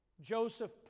Joseph